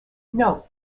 note